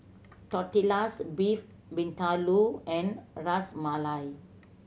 Tortillas Beef Vindaloo and Ras Malai